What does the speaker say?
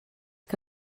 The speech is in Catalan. que